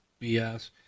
BS